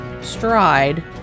stride